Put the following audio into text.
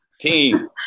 team